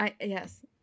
Yes